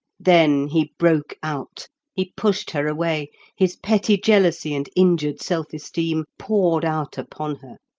then he broke out he pushed her away his petty jealousy and injured self-esteem poured out upon her.